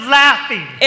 laughing